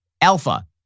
alpha